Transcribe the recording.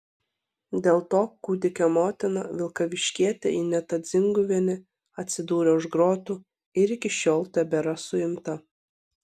dėl to kūdikio motina vilkaviškietė ineta dzinguvienė atsidūrė už grotų ir iki šiol tebėra suimta